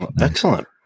excellent